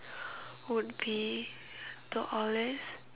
would be to always